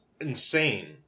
insane